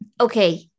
Okay